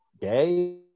gay